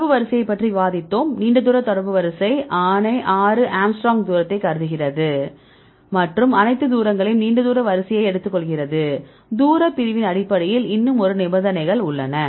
தொடர்பு வரிசையைப் பற்றி விவாதித்தோம் நீண்ட தூர வரிசை தொடர்பு ஆணை ஆறு ஆங்ஸ்ட்ராமின் தூரத்தைக் கருதுகிறது மற்றும் அனைத்து தூரங்களையும் நீண்ட தூர வரிசையை எடுத்துக்கொள்கிறது தூரப் பிரிவின் அடிப்படையில் இன்னும் ஒரு நிபந்தனைகள் உள்ளன